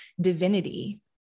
divinity